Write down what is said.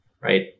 right